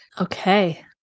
Okay